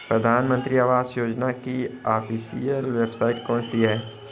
प्रधानमंत्री आवास योजना की ऑफिशियल वेबसाइट कौन सी है?